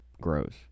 grows